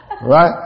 Right